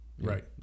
right